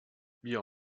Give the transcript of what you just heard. wir